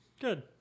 Good